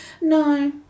no